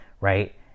right